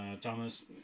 Thomas